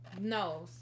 No